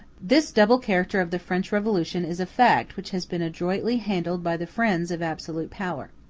this double character of the french revolution is a fact which has been adroitly handled by the friends of absolute power.